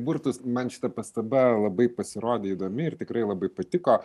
burtus man šita pastaba labai pasirodė įdomi ir tikrai labai patiko